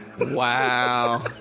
Wow